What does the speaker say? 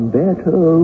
better